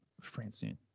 francine